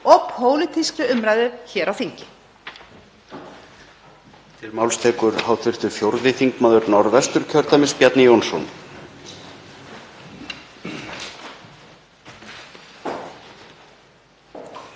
og pólitískri umræðu hér á þingi.